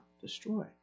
destroy